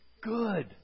good